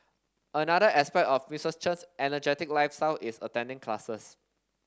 another aspect of Mistress Chen's energetic lifestyle is attending classes